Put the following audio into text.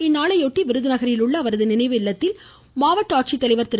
இந்நாளை ஒட்டி விருதுநகரில் உள்ள அவரது நினைவு இல்லத்தில் மாவட்ட ஆட்சித் தலைவர் திரு